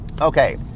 Okay